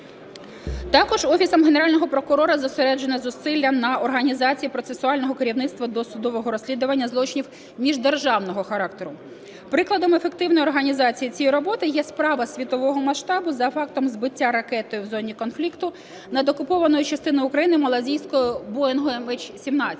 Також Офісом Генерального прокурора зосереджено зусилля на організації процесуального керівництва досудового розслідування злочинів міждержавного характеру. Прикладом ефективної організації цієї роботи є справа світового масштабу за фактом збиття ракетою в зоні конфлікту над окупованою частиною України малайзійського "Боїнгу МН17"